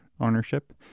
ownership